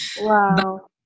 Wow